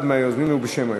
אחד היוזמים, בשם היוזמים.